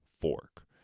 fork